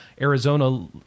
Arizona